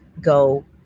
go